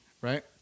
right